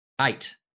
Eight